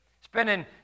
spending